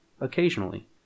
occasionally